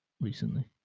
recently